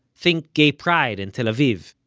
think gay pride in tel aviv,